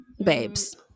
babes